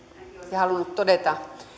olisin halunnut todeta